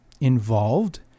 involved